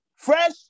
Fresh